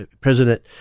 President